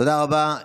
תודה רבה.